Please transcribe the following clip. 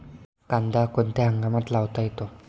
कांदा कोणत्या हंगामात लावता येतो?